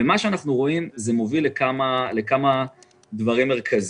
אנחנו רואים שזה מוביל לכמה דברים מרכזיים: